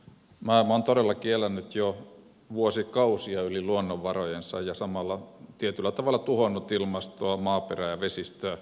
maailma on todellakin elänyt jo vuosikausia yli luonnonvarojensa ja samalla tietyllä tavalla tuhonnut ilmastoa maaperää ja vesistöjä